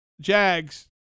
Jags